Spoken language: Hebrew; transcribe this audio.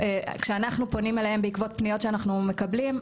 כשאנחנו פונים אליהם בעקבות פניות שאנחנו מקבלים,